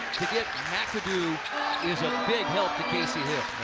to get mcadoo is a big help to casey hill.